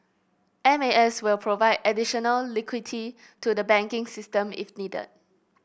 M A S will provide additional liquidity to the banking system if needed